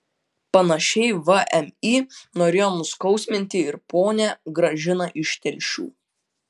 panašiai vmi norėjo nuskausminti ir ponią gražiną iš telšių